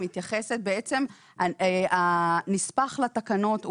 הנספח לתקנות,